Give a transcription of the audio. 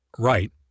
Right